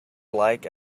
like